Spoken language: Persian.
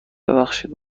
ببخشید